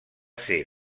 ser